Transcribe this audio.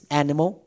animal